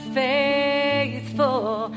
faithful